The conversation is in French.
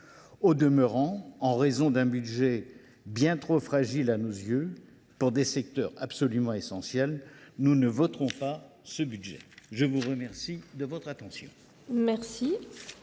Au demeurant, en raison d’un budget bien trop fragile à nos yeux, pour des secteurs absolument essentiels, nous ne voterons pas les crédits de cette mission.